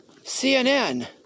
CNN